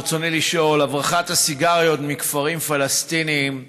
ברצוני לשאול: הברחת הסיגריות מכפרים פלסטיניים ומחו"ל,